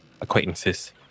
Acquaintances